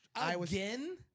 Again